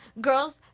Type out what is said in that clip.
Girls